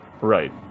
Right